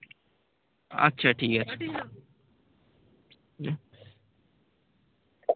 আচ্ছা ঠিক আছে